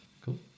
Cool